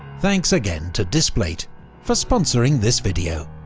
thanks again to displate for sponsoring this video.